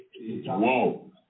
Whoa